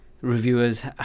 reviewers